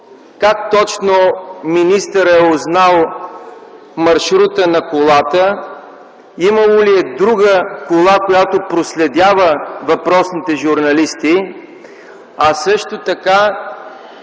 как точно министърът е узнал маршрута на колата; имало ли е друга кола, която проследява въпросните журналисти; както и